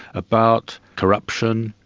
about corruption,